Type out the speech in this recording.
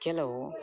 ಕೆಲವು